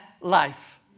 life